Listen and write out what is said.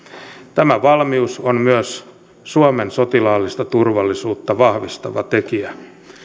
tämä valmius on myös suomen sotilaallista turvallisuutta vahvistava tekijä